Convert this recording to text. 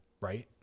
right